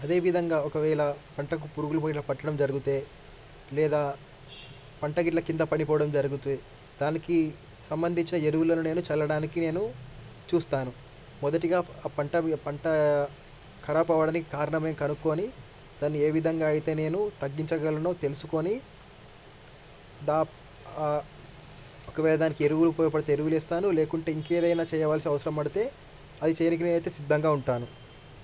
అదేవిధంగా ఒకవేళ పంటకు పురుగులు పోయడం పట్టడం జరిగితే లేదా పంట గిట్ల కింద పడిపోవడం జరిగితే దానికి సంబంధించిన ఎరువులను నేను చల్లడానికి నేను చూస్తాను మొదటగా ఆ పంట పంట ఖరాబ్ అవ్వడానికి కారణమే కనుక్కొని దాన్ని ఏ విధంగా అయితే నేను తగ్గించగలనో తెలుసుకొని ఒకవేళ దానికి ఎరువులు ఉపయోగపడితే ఎరువులు వేస్తాను లేకుంటే ఇంకా ఏదైనా చేయవలసి అవసరం పడితే అది చేయడానికి నేను అయితే సిద్ధంగా ఉంటాను